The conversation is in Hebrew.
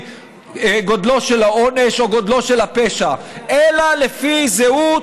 גודלו של העונש או גודלו של הפשע אלא לפי זהות,